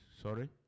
Sorry